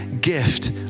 gift